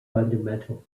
fundamental